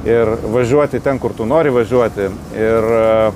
ir važiuoti ten kur tu nori važiuoti ir